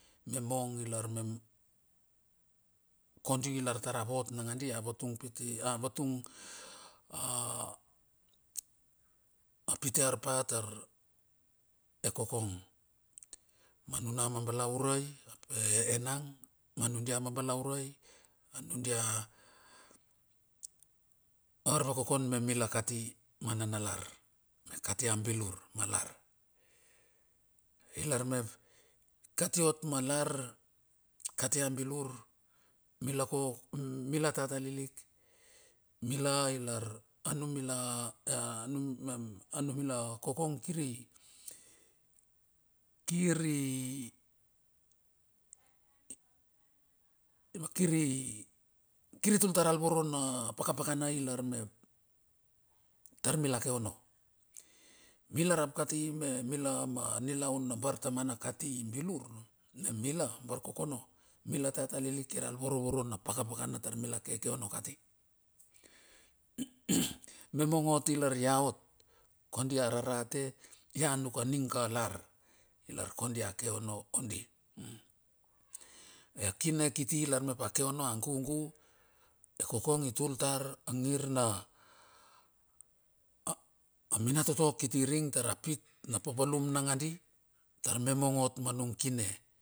Memong ilar me kodi lar tar a vot nangadi a vatung pite, a avatung a pite arpa tar e kokong. Ma nuna mabalaurai enang manudia arbalaurai. Anudia, ar va kokon me mila kati manalar kati a bilur ma lar. I lar mep kati ot malar katia bilur mila ko mila tata lilik. Mila ilar anumila a numila kokong kiri, kiri, ma kiri kiri tultar alvoro pakapaka na ilar meptar mila ke ono. Mila rap kati me mila ma nilaun na bartamana kati bilur. Me mila bar kokono. Mi la tata lilik kiral vorovoro na pakapkana taur mila keke ono kati. Me mong ot ilar ia ot kondi ararate. Ia nuk a ning ka lar. Ilar kondi a kekeono kondi. A kine kitilar mepake ono a gugu ekokong i tul tar angir na mianatoto kiti ring tara pit na papalum nangadi tar memong ot ma nungkine.